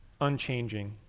unchanging